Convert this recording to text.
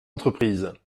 entreprises